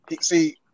see